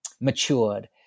matured